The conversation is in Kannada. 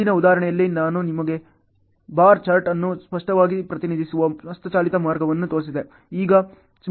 ಹಿಂದಿನ ಉದಾಹರಣೆಯಲ್ಲಿ ನಾನು ನಿಮಗೆ ಬಾರ್ ಚಾರ್ಟ್ ಅನ್ನು ಸ್ಪಷ್ಟವಾಗಿ ಪ್ರತಿನಿಧಿಸುವ ಹಸ್ತಚಾಲಿತ ಮಾರ್ಗವನ್ನು ತೋರಿಸಿದೆ